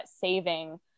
saving